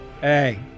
Hey